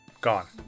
gone